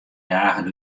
dagen